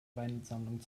weinsammlung